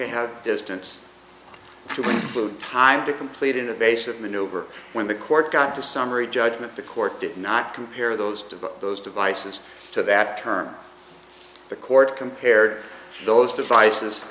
at how distance to implode time to complete innovation of maneuver when the court got to summary judgment the court did not compare those two but those devices to that term the court compared those devices